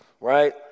right